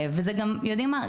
ויודעים מה?